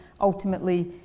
ultimately